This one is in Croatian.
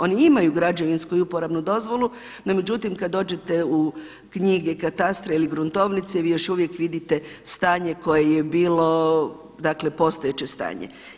Oni imaju građevinsku i uporabnu dozvolu, no kada dođete u knjige katastra ili gruntovnice vi još uvijek vidite stanje koje je bio dakle postojeće stanje.